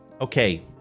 Okay